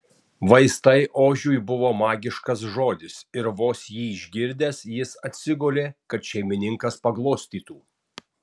vaistai ožiui buvo magiškas žodis ir vos jį išgirdęs jis atsigulė kad šeimininkas paglostytų